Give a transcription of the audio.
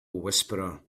whisperer